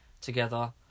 together